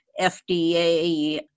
FDA